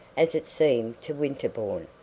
as it seemed to winterbourne,